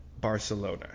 Barcelona